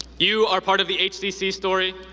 you are part of the hcc story,